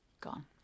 gone